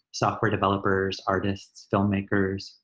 software developers, artists, filmmakers,